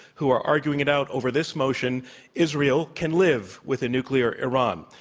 who are arguing it out over this motion israel can live with a nuclear iran.